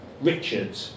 Richard